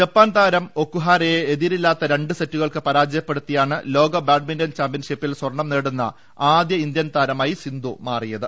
Japan താരം ഒകുഹാരയെ എതിരില്ലാത്ത രണ്ടു സെറ്റുകൾക്ക് പരാജയപ്പെടുത്തിയാണ് ലോക ബാഡ്മിന്റൺ ചാമ്പ്യൻഷിപ്പിൽ സ്വർണം നേടുന്ന ആദ്യ ഇന്ത്യൻ താരമായി സിന്ധു മാറിയത്